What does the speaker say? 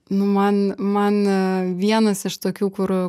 nu man man vienas iš tokių kur